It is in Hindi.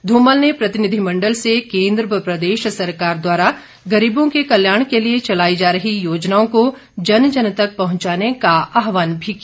धूमल ने प्रतिनिधिमंडल से केंद्र व प्रदेश सरकार द्वारा गरीबों के कल्याण के लिए चलाई जा रही योजनाओं को जन जन तक पहुंचाने के आहवान भी किया